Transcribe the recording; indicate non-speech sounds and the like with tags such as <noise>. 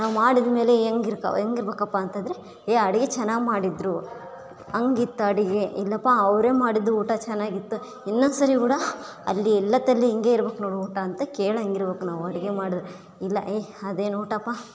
ನಾವು ಮಾಡಿದಮೇಲೆ <unintelligible> ಹೆಂಗಿರಬೇಕಪ್ಪ ಅಂತಂದ್ರೆ ಹೆ ಅಡುಗೆ ಚೆನ್ನಾಗಿ ಮಾಡಿದ್ರು ಹೆಂಗೆ ಇತ್ತು ಅಡುಗೆ ಇಲ್ಲಪ್ಪ ಅವರೇ ಮಾಡಿದ್ದು ಊಟ ಚೆನ್ನಾಗಿತ್ತು ಇನ್ನೊಂದು ಸರಿ ಕೂಡ ಅಲ್ಲಿ ಎಲ್ಲ ತಲ್ಲಿ ಹಿಂಗೆ ಇರಬೇಕುನೋಡು ಊಟ ಅಂತ ಕೇಳೊಂಗಿರಬೇಕು ನಾವು ಅಡುಗೆ ಮಾಡಿದ್ರೆ ಇಲ್ಲ ಅದೇನು ಊಟಪ್ಪ